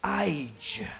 age